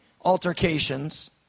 altercations